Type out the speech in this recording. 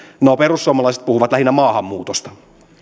no perussuomalaiset puhuvat lähinnä maahanmuutosta